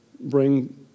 Bring